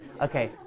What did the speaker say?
Okay